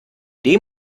dem